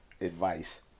advice